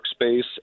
workspace